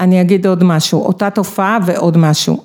‫אני אגיד עוד משהו, ‫אותה תופעה ועוד משהו.